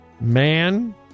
Man